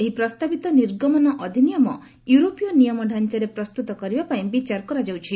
ଏହି ପ୍ରସ୍ତାବିତ ନିର୍ଗମନ ଅଧିନିୟମ ୟୁରୋପୀୟ ନିୟମ ଢାଞ୍ଚାରେ ପ୍ରସ୍ତୁତ କରିବା ପାଇଁ ବିଚାର କରାଯାଉଛି